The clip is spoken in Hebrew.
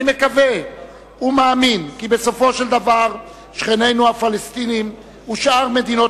אני מקווה ומאמין כי בסופו של דבר שכנינו הפלסטינים ושאר מדינות